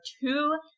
two